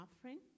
offering